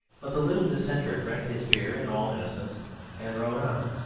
but the little dissenter drank his beer in all innocence and rode on.